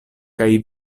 kaj